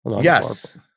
yes